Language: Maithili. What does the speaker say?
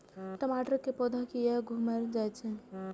टमाटर के पौधा किया घुकर जायछे?